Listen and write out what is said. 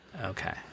Okay